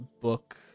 book